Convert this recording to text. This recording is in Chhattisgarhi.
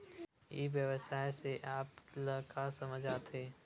ई व्यवसाय से आप ल का समझ आथे?